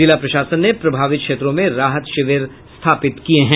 जिला प्रशासन ने प्रभावित क्षेत्रों में राहत शिविर स्थापित किये हैं